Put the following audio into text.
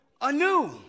anew